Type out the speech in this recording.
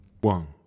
One